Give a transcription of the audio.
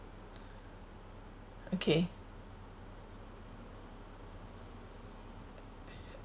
okay